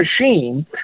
machine